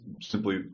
simply